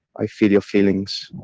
i feel your feelings.